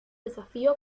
desafío